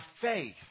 faith